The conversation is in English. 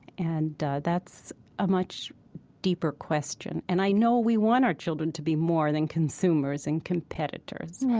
and that's a much deeper question. and i know we want our children to be more than consumers and competitors right